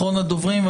אחרון הדוברים.